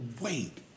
Wait